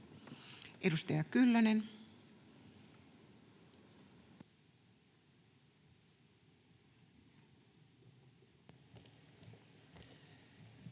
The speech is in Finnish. Edustaja Kyllönen.